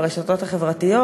ברשתות החברתיות,